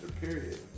period